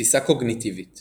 תפיסה קוגניטיבית